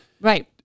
right